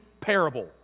parable